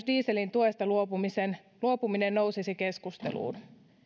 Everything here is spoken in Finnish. dieselin tuesta luopuminen luopuminen nousisi keskusteluun